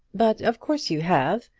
but of course you have.